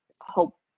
hope